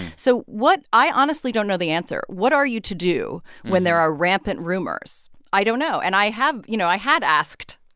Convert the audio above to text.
so what i honestly don't know the answer. what are you to do when there are rampant rumors? i don't know, and i have you know, i had asked.